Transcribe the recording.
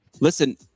listen